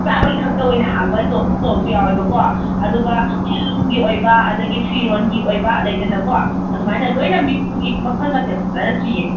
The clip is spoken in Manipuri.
ꯆꯥꯕꯒꯤ ꯈꯛꯇ ꯑꯣꯏꯅ ꯍꯥꯡꯕ ꯁ꯭ꯇꯣꯜꯁꯨ ꯌꯥꯎꯑꯦꯕꯀꯣ ꯑꯗꯨꯒ ꯍꯦꯟꯂꯨꯝꯒꯤ ꯑꯣꯏꯕ ꯑꯗꯨꯗꯒꯤ ꯐꯤꯔꯣꯟꯒꯤ ꯑꯣꯏꯕ ꯂꯩꯗꯅꯀꯣ ꯑꯗꯨꯃꯥꯏꯅ ꯂꯣꯏꯅ ꯃꯤꯛ꯭ꯁ ꯃꯈꯜ ꯃꯊꯦꯜꯁꯨ ꯂꯣꯏꯅ ꯁꯨꯏꯑꯦ